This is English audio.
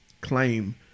claim